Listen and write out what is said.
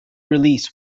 release